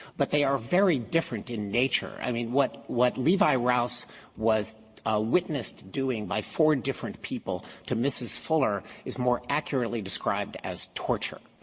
but they are very different in nature. i mean, what what levy rouse was ah witnessed doing by four different people to mrs. fuller is more accurately described as torture.